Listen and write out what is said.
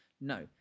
no